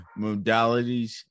Modalities